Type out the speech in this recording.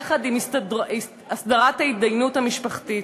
יחד עם הסדרת ההתדיינות המשפחתית.